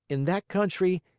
in that country,